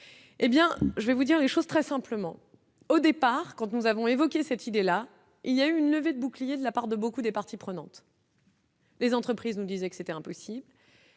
hé bien je vais vous dire les choses très simplement, au départ, quand nous avons évoqué cette idée-là, il y a eu une levée de boucliers de la part de beaucoup des parties prenantes. Les entreprises nous disaient que c'était impossible